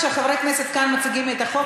כשחברי כנסת כאן מציגים את החוק,